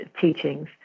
teachings